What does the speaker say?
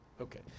Okay